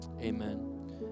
amen